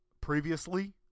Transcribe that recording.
previously